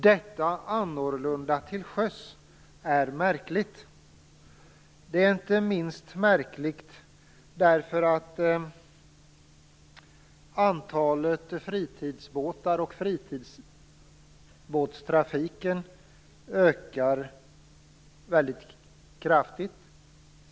Detta annorlunda till sjöss är märkligt. Det är inte minst märkligt därför att antalet fritidsbåtar och fritidsbåtstrafiken ökar väldigt kraftigt.